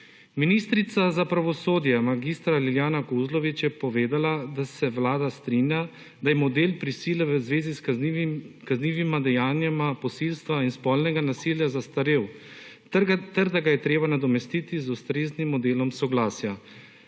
Ministrica za pravosodje mag. Lilijana Kozlovič je povedala, da se Vlada strinja, da je model prisile v zvezi s kaznivima dejanjem posilstva in spolnega nasilja zastarel ter da ga je treba nadomestiti z ustreznim modelom soglasja,